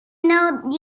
know